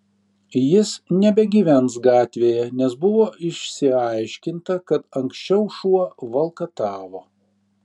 jis nebegyvens gatvėje nes buvo išsiaiškinta kad anksčiau šuo valkatavo